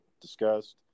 discussed